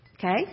Okay